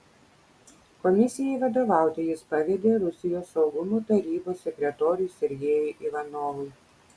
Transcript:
komisijai vadovauti jis pavedė rusijos saugumo tarybos sekretoriui sergejui ivanovui